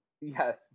Yes